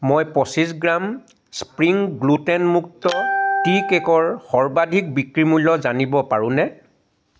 মই পঁচিছ gram spring গ্লুটেনমুক্ত টি কে'কৰ সৰ্বাধিক বিক্ৰী মূল্য জানিব পাৰোঁনে